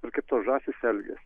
ir kaip tos žąsys elgiasi